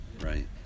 right